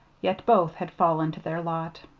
yet both had fallen to their lot.